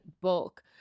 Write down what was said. bulk